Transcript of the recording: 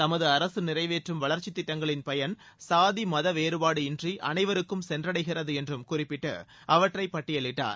தமது அரசு நிறைவேற்றும் வளர்ச்சித் திட்டங்களின் பயன் சாதி மத வேறுபாடு இன்றி அனைவருக்கும் சென்றடைகிறது என்றும் குறிப்பிட்டு அவற்றை பட்டியலிட்டார்